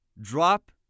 drop